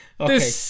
Okay